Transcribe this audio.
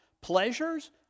pleasures